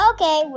Okay